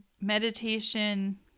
meditation